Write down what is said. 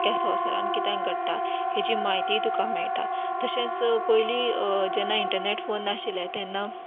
आख्या संवसारांत कितें घडटा हेजी मायती तुका मेळटा तशेंच पयली जेन्ना इंटरनेट फोन नाशिल्लें तेन्ना